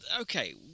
Okay